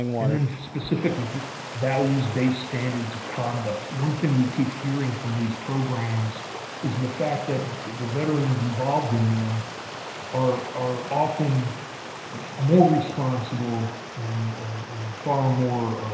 and then specific and values-based standards of conduct. one thing we keep hearing from these programs is the fact that veterans involved in them are are often more responsible and and far more